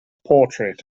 portrait